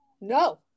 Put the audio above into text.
no